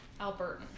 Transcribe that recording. Albertan